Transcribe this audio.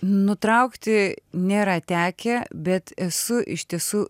nutraukti nėra tekę bet esu iš tiesų